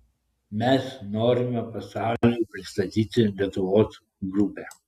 mes norime pasauliui pristatyti lietuvos grupę